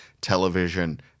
television